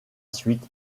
suite